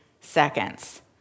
seconds